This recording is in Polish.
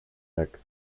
tak